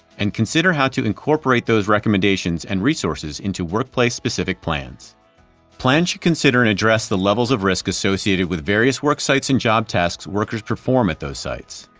and consider how to incorporate those recommendations and resources into workplace-specific plans plans. consider an address the levels of risk associated with various work sites and job tasks workers perform at those sites.